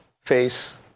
face